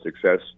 success